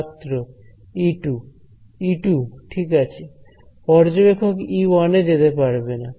ছাত্র E 2 E2 ঠিক আছে পর্যবেক্ষক E1 এ যেতে পারবেনা